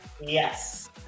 yes